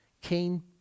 Cain